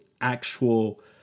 actual